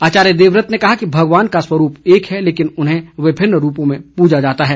आचार्य देवव्रत ने कहा कि भगवान का स्वरूप एक है लेकिन उन्हें विभिन्न रूपों में पूजा जाता है